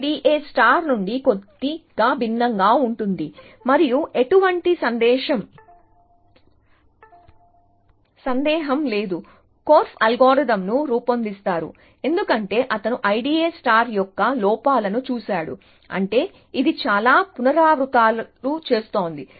IDA నుండి కొద్దిగా భిన్నంగా ఉంటుంది మరియు ఎటువంటి సందేహం లేదు కోర్ఫ్ అల్గోరిథం ను రూపొందిస్తారు ఎందుకంటే అతను IDA యొక్క లోపాలను చూశాడు అంటే ఇది చాలా పునరావృత్తులు చేస్తోంది